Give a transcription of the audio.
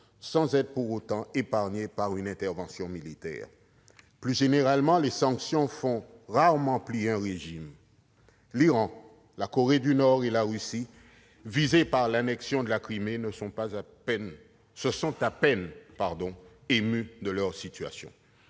sans être pour autant épargné par une intervention militaire. Plus généralement, les sanctions font rarement plier un régime. L'Iran, la Corée du Nord et la Russie, laquelle a été visée après l'annexion de la Crimée, se sont à peine émus de leur situation